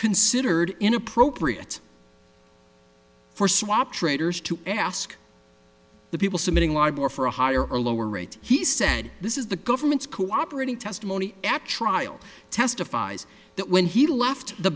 considered inappropriate for swap traders to ask the people submitting libeler for a higher or lower rate he said this is the government's cooperating testimony actually i'll testifies that when he left the